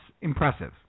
impressive